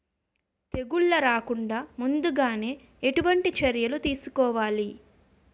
తెగుళ్ల రాకుండ ముందుగానే ఎటువంటి చర్యలు తీసుకోవాలి?